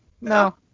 No